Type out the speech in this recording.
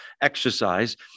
exercise